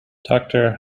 doctor